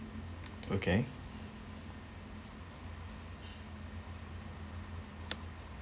okay